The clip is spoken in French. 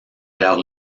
leur